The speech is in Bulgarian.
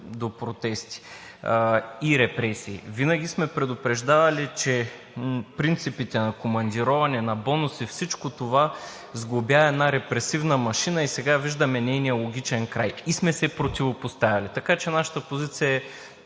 до протести и репресии. Винаги сме предупреждавали, че принципите на командироване и на бонуси –всичко това сглобява една репресивна машина и сега виждаме нейния логичен край. Винаги сме се противопоставяли, така че нашата позиция е